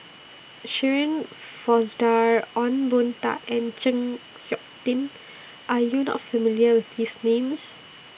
Shirin Fozdar Ong Boon Tat and Chng Seok Tin Are YOU not familiar with These Names